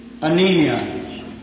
Anemia